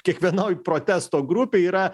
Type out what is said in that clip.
kiekvienoj protesto grupėj yra